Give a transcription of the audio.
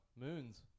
Moons